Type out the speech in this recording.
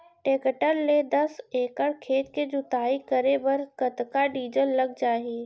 Tractor ले दस एकड़ खेत के जुताई करे बर कतका डीजल लग जाही?